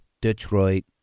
Detroit